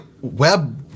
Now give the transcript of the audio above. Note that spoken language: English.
web